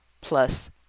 plus